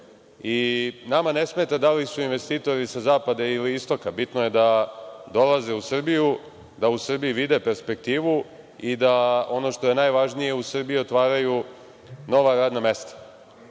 i nama ne smeta da li su investitori sa zapada ili istoka. Bitno je da dolaze u Srbiju, da u Srbiji vide perspektivu i da, ono što je najvažnije, u Srbiji otvaraju nova radna mesta. Što